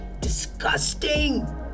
disgusting